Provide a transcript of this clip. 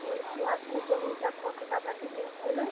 বলছি আপনার জমিটা কত টাকাতে লিজ দেবেন